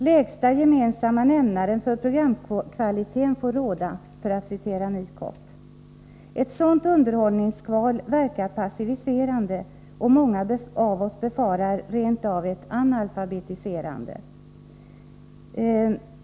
Lägsta gemensamma nämnaren för programkvaliteten får råda, för att citera Nycop. Ett sådant underhållningsskval verkar passiviserande, och många av oss befarar rent av ett analfabetiserande.